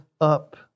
up